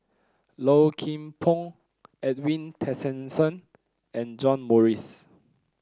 Low Kim Pong Edwin Tessensohn and John Morrice